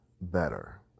better